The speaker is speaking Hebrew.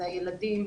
שאלה הילדים,